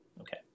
Okay